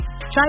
Try